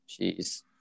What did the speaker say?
Jeez